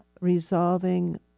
resolving